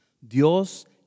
Dios